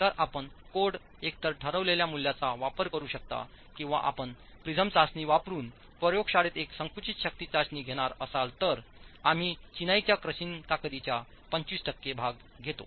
तर आपण कोड एकतर ठरविलेल्या मूल्यांचा वापर करू शकता किंवा आपण प्रिझम चाचणी वापरून प्रयोगशाळेत एक संकुचित शक्ती चाचणी घेणार असाल तर आम्ही चिनाईच्या क्रशिंग ताकदीच्या 25 टक्के भाग घेतो